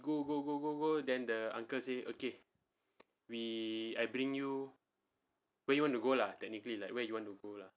go go go go go then the uncle say okay we I bring you where you want to go lah technically like where you want to go lah